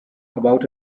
about